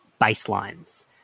baselines